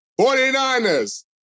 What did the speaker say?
49ers